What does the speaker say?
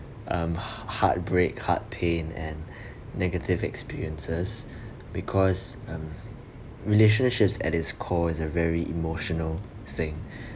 um ha~ heartbreak heart pain and negative experiences because um relationships at its core is a very emotional thing